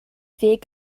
ddeg